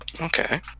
Okay